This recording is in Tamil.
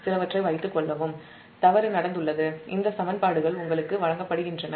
இந்த தவறு சமன்பாடுகள் உங்களுக்கு வழங்கப்படுகின்றன